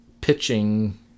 pitching